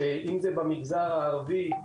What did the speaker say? אם זה במגזר הערבי,